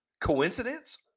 Coincidence